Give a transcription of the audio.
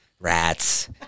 rats